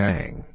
Hang